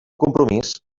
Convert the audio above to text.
compromís